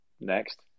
next